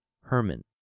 Herman